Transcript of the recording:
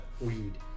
Weed